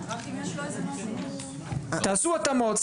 תעשו התאמות.